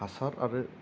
हासार आरो